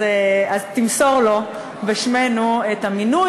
אז תמסור לו בשמנו את המינוי.